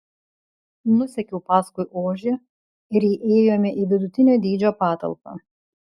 nusekiau paskui ožį ir įėjome į vidutinio dydžio patalpą